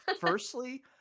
Firstly